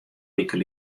wiken